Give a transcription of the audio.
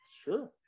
Sure